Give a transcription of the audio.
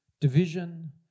division